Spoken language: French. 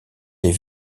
les